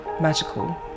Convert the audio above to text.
magical